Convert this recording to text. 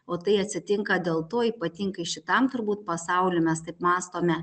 o tai atsitinka dėl to ypatingai šitam turbūt pasauly mes taip mąstome